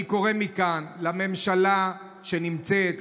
אני קורא מכאן לממשלה שנמצאת,